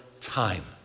time